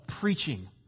preaching